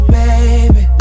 baby